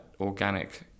organic